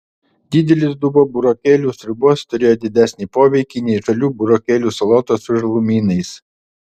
didelis dubuo burokėlių sriubos turėjo didesnį poveikį nei žalių burokėlių salotos su žalumynais